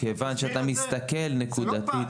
כיוון שאתה מסתכל נקודתית.